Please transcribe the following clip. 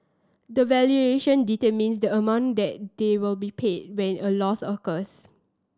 the valuation determines the amount that they will be paid when a loss occurs